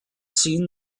seen